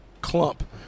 clump